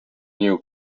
new